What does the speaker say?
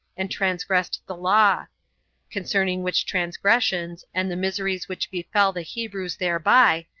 and transgressed the law concerning which transgressions, and the miseries which befell the hebrews thereby,